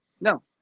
no